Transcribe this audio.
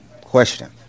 Question